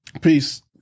Peace